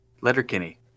Letterkenny